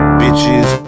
bitches